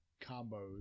combo